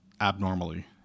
abnormally